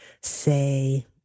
say